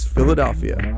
Philadelphia